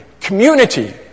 Community